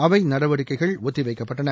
அவை நடவடிக்கைகள் ஒத்திவைக்கப்பட்டன